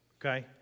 Okay